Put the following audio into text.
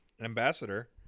Ambassador